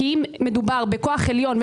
אם מדובר בכוח עליון.